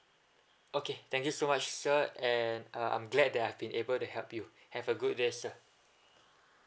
okay thank you so much sir and uh I'm glad that I've been able to help you have a good day sir